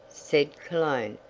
said cologne.